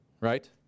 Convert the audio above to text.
right